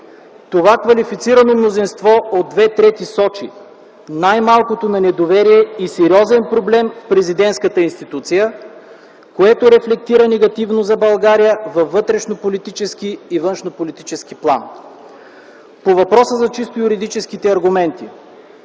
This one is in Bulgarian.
Това квалифицирано мнозинство от две трети сочи най-малкото на недоверие и сериозен проблем в президентската институция, което рефлектира негативно за България във вътрешнополитически и във външнополитически план. По въпроса за чисто юридическите аргументи,